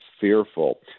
fearful